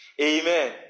Amen